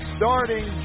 starting